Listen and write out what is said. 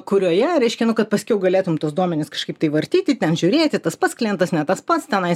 kurioje reiškia nu kad paskiau galėtum tuos duomenis kažkaip tai vartyti ten žiūrėti tas pats klientas ne tas pats tenais